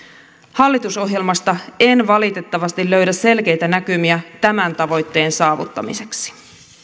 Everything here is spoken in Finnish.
hallitusohjelmasta en valitettavasti löydä selkeitä näkymiä tämän tavoitteen saavuttamiseksi